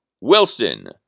Wilson